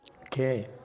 Okay